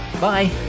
Bye